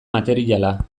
materiala